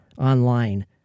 online